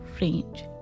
range